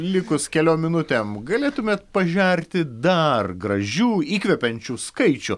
likus keliom minutėm galėtumėt pažerti dar gražių įkvepiančių skaičių